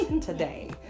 Today